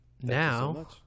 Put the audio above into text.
now